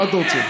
מה אתה רוצה?